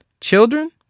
Children